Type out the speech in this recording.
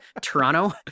Toronto